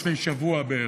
לפני שבוע בערך.